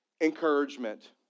encouragement